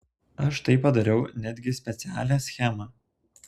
aš štai padariau netgi specialią schemą